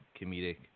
comedic